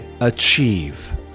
achieve